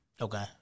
Okay